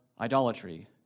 idolatry